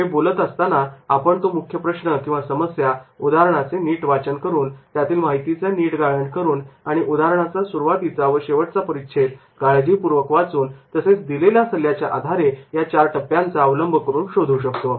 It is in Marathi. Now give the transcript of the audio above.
हे बोलत असताना आपण तो मुख्य प्रश्न किंवा समस्या उदाहरणाचे नीट वाचन करून त्यातील माहितीचे नीट गाळण करून आणि उदाहरणाचा सुरुवातीचा आणि शेवटचा परिच्छेद काळजीपूर्वक वाचून तसेच दिलेल्या सल्ल्याचा आधारे या चार टप्प्यांचा अवलंब करून शोधू शकतो